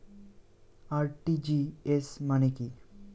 RTGS মানে কি?